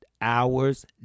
hours